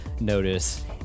notice